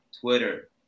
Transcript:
Twitter